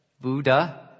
Buddha